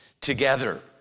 together